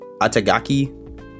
atagaki